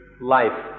life